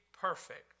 perfect